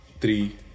three